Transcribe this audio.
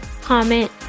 comment